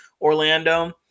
Orlando